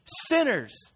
sinners